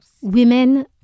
Women